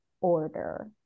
order